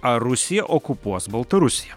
ar rusija okupuos baltarusiją